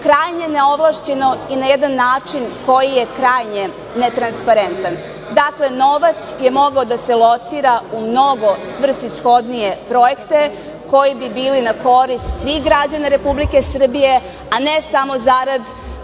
krajnje neovlašćeno i na jedan način koji je krajnje netransparentan. Dakle, novac je mogao da se locira u mnogo svrsishodnije projekte koji bi bili na korist svih građana Republike Srbije, a ne samo zarad